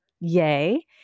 Yay